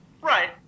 right